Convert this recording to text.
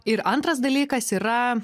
ir antras dalykas yra